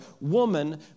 Woman